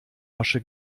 asche